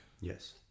Yes